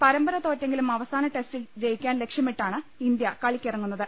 പരമ്പര തോറ്റെങ്കിലും അവസാന ടെസ്റ്റിൽ ജയിക്കാൻ ലക്ഷ്യമിട്ടാണ് ഇന്ത്യ കളിക്കിറങ്ങു ന്നത്